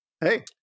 hey